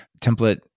template